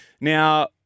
Now